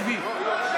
שבי.